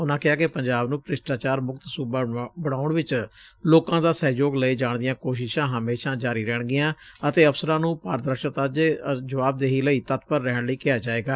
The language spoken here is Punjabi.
ਉਨੂਾਂ ਕਿਹਾ ਕਿ ਪੰਜਾਬ ਨੂੰ ਭ੍ਰਿਸ਼ਟਾਚਾਰ ਮੁਕਤ ਸੁਬਾ ਬਣਾਊਣ ਵਿਚ ਲੋਕਾ ਦਾ ਸਹਿਯੋਗ ਲਏ ਜਾਣ ਦੀਆਂ ਕੋਸ਼ਿਸ਼ਾਂ ਹਮੇਸ਼ਾਂ ਜਾਰੀ ਰਹਿਣਗੀਆਂ ਅਤੇ ਅਫ਼ਸਰਾਂ ਨੂੰ ਪਾਰਦਰਸ਼ਤਾ ਅਤੇ ਜੁਆਬਦੇਹੀ ਲਈ ਤੱਤਪਰ ਰਹਿਣ ਲਈ ਕਿਹਾ ਜਾਏਗਾ